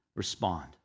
respond